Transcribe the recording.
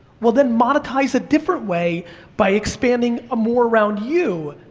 well, then monetize a different way by expanding more around you,